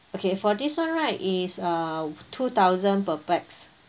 okay for this one right is uh two thousand per pax